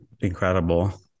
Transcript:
incredible